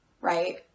right